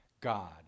God